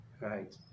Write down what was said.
right